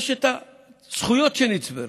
יש את הזכויות שנצברו.